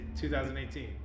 2018